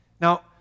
Now